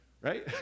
Right